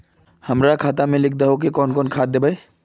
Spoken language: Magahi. हमरा खाता में लिख दहु की कौन कौन खाद दबे?